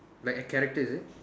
like a character is it